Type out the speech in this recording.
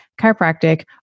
chiropractic